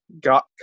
got